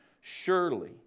Surely